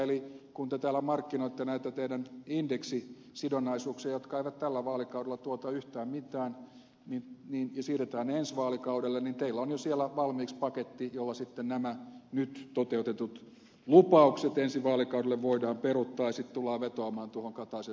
eli kun te täällä markkinoitte näitä teidän indeksisidonnaisuuksianne jotka eivät tällä vaalikaudella tuota yhtään mitään ja siirretään ensi vaalikaudelle niin teillä on jo siellä valmiiksi paketti jolla sitten nämä nyt toteutetut lupaukset ensi vaalikaudelle voidaan peruuttaa ja sitten tullaan vetoamaan tuohon kataisen viiden kohdan listaan